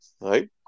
Right